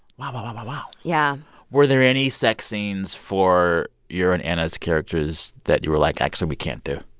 wow, wow, wow, wow, wow yeah were there any sex scenes for your and anna's characters that you were like, actually, we can't do?